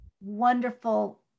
wonderful